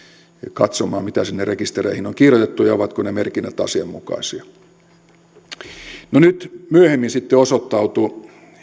katsomaan mitä sinne rekistereihin on kirjoitettu ja ovatko ne merkinnät asianmukaisia nyt myöhemmin sitten osoittautui